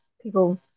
People